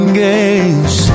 games